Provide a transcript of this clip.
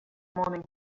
morning